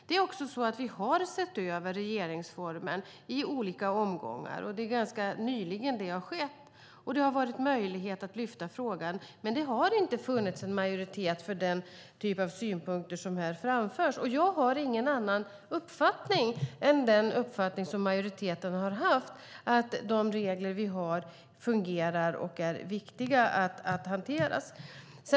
Vi har också sett över regeringsformen i olika omgångar, och det har skett ganska nyligen. Det har alltså funnits möjlighet att lyfta frågan, men det har inte funnits en majoritet för den typ av synpunkter som här framförs. Jag har ingen annan uppfattning än den uppfattning som majoriteten har haft, det vill säga att de regler vi har fungerar.